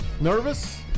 nervous